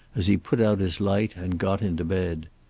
as he put out his light and got into bed.